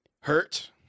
hurt